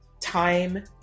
time